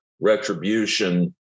retribution